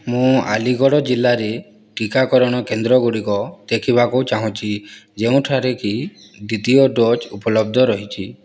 ମୁଁ ଆଲିଗଡ଼ ଜିଲ୍ଲାରେ ଟୀକାକରଣ କେନ୍ଦ୍ରଗୁଡ଼ିକ ଦେଖିବାକୁ ଚାହୁଁଛି ଯେଉଁଠାରେ କି ଦ୍ୱିତୀୟ ଡୋଜ୍ ଉପଲବ୍ଧ ରହିଛି